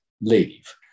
leave